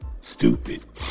stupid